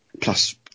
Plus